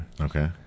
Okay